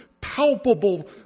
palpable